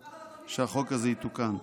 -- אבל אדוני השר ----- שהחוק הזה יתוקן.